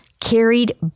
carried